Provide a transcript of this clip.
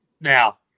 Now